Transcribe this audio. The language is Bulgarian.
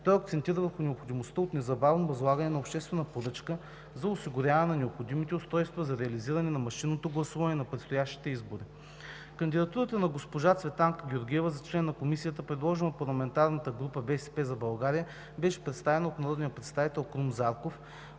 Той акцентира върху необходимостта от незабавно възлагане на обществена поръчка за осигуряване на необходимите устройства за реализиране на машинното гласуване на предстоящите избори. Кандидатурата на госпожа Цветанка Георгиева за член на Комисията, предложена от парламентарната група на „БСП за България“, беше представена от народния представител Крум Зарков,